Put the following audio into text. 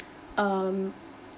um